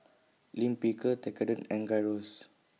Lime Pickle Tekkadon and Gyros